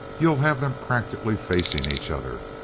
you'll have them practically facing each other.